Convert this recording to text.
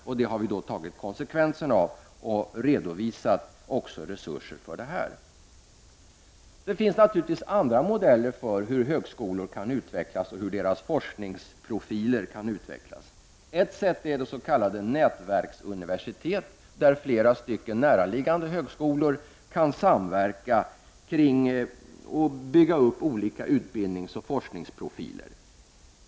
Detta har vi tagit konsekvenserna av och redovisat resutser för ändamålet. Det finns naturligtvis andra modeller för hur högskolor kan utvecklas och för hur deras forskningsprofiler kan utvecklas. Ett sätt är att införa s.k. nätverksuniversitet, som innebär att flera näraliggande högskolor samverkar och bygger upp olika utbildningsoch forskningsprofiler.